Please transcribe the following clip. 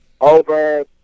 over